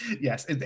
yes